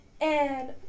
and-